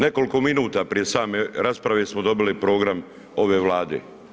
Nekoliko minuta prije same rasprave smo dobili program ove Vlade.